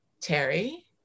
Terry